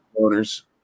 owner's